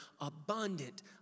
abundant